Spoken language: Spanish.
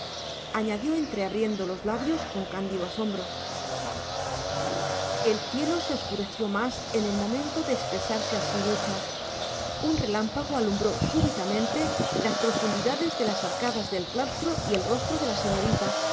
hombres añadió entreabriendo los labios con cándido asombro el cielo se oscureció más en el momento de expresarse así nucha un relámpago alumbró súbitamente las profundidades de las arcadas del claustro y el rostro de la señorita